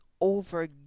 over